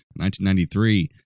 1993